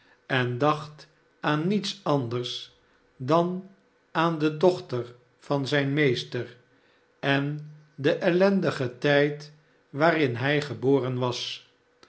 en dacht aan niets anders dan aan de dochter van zijn meester en den ellendigen tijd waarin hij geboren was